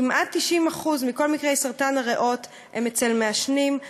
כמעט 90% מכל מקרי סרטן הריאות הם אצל מעשנים.